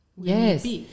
yes